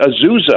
Azusa